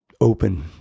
open